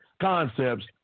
concepts